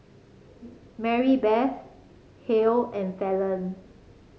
Marybeth Hal and Fallon